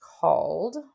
called